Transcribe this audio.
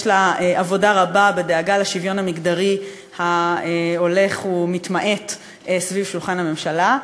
יש לה עבודה רבה בדאגה לשוויון המגדרי ההולך ומתמעט סביב שולחן הממשלה,